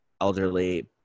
elderly